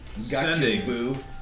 Sending